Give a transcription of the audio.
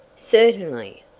certainly,